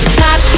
top